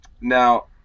Now